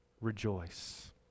rejoice